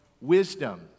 wisdom